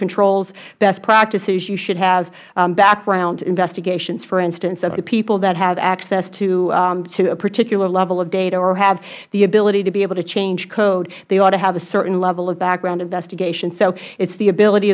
controls best practices you should have background investigations for instance of the people that have access to a particular level of data or have the ability to be able to change code they ought to have a certain level of background investigation so it is the ability